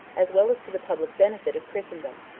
as well as to the public benefit of christendom.